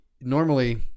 normally